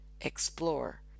explore